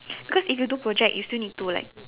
cause if you do project you still need to like